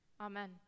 Amen